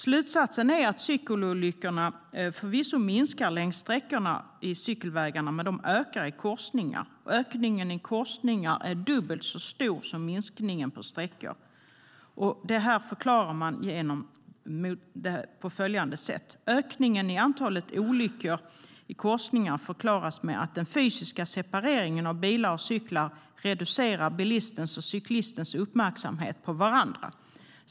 Slutsatsen är att cykelolyckorna förvisso minskar längs sträckorna men ökar i korsningar. Ökningen i korsningar är dubbelt så stor som minskningen på sträckor. Detta förklarar man på följande sätt: Ökningen i antalet olyckor i korsningar förklaras med att den fysiska separeringen av bilar och cyklar reducerar bilistens och cyklistens uppmärksamhet på varandra.